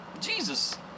Jesus